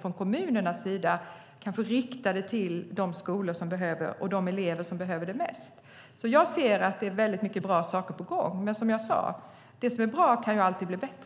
från kommunernas sida försöker rikta sig till de skolor och elever som mest behöver det. Det är många bra saker på gång, men, som sagt, det som är bra kan alltid bli bättre.